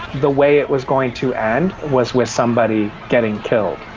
the way it was going to end was with somebody getting killed.